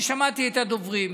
אני שמעתי את הדוברים.